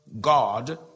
God